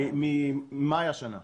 ממאי השנה,